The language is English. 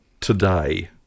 today